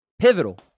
pivotal